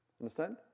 Understand